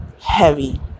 heavy